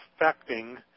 affecting